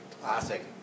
classic